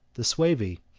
the suevi,